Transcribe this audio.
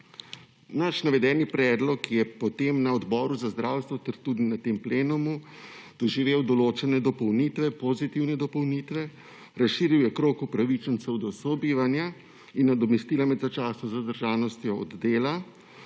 Naš navedeni predlog je potem na Odboru za zdravstvo ter tudi na plenumu doživel določene dopolnitve, pozitivne dopolnitve, razširil je krog upravičencev do sobivanja in nadomestila med začasno zadržanostjo od dela,